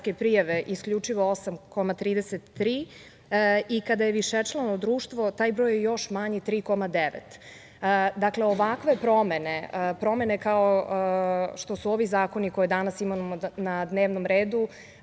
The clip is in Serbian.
prijave isključivo 8,33% i kada je višečlano društvo taj broj je još manji 3,9%.Dakle, ovakve promene, promene kao što su ovi zakoni koje danas imamo na dnevnom redu,